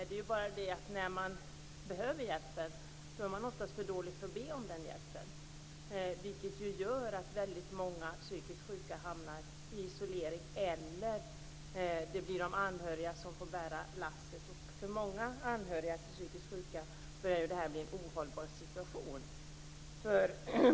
Det är bara det att de när de behöver hjälpen oftast är för dåliga för att be om den, vilket gör att väldigt många psykiskt sjuka hamnar i isolering eller att det blir de anhöriga som får dra lasset. För många anhöriga till psykiskt sjuka börjar detta bli en ohållbar situation.